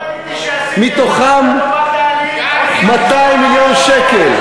מהם 200 מיליון שקל,